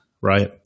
right